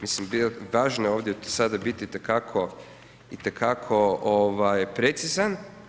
Mislim, važno je ovdje sada biti itekako precizan.